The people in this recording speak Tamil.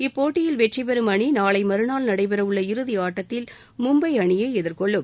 இப்போட்டியில் வெற்றி பெறும் அணி நாளை மறுநாள் நடைபெறவுள்ள இறுதி ஆட்டத்தில் மும்பை அணியை எதிர்கொள்ளும்